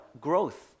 growth